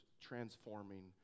transforming